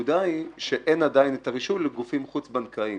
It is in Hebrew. הנקודה היא שאין עדיין את הרישוי לגופים חוץ בנקאיים.